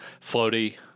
floaty